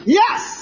yes